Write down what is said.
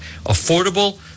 affordable